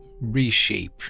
reshape